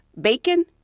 bacon